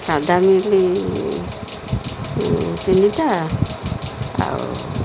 ସାଧା ମିଲ୍ ତିନିଟା ଆଉ